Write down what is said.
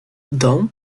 dąb